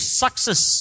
success